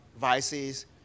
vices